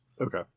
Okay